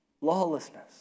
lawlessness